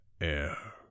air